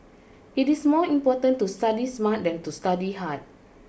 it is more important to study smart than to study hard